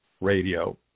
radio